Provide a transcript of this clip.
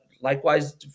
likewise